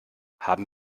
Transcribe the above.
haben